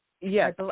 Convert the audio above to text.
yes